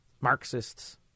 Marxists